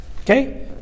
Okay